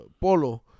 Polo